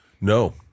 No